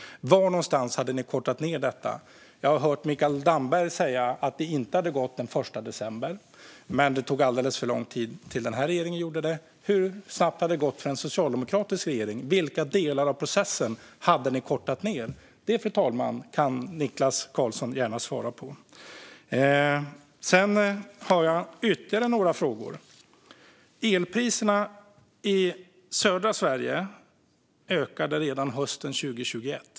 Var någonstans hade ni kortat ned detta? Jag har hört Mikael Damberg säga att det inte hade gått den 1 december - men det tog alldeles för lång tid innan den här regeringen gjorde det. Hur snabbt hade det gått för en socialdemokratisk regering? Vilka delar av processen hade ni kortat ned? Det, fru talman, kan Niklas Karlsson gärna få svara på. Sedan har jag ytterligare några frågor. Elpriserna i södra Sverige ökade redan hösten 2021.